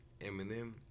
Eminem